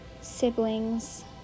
siblings